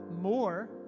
more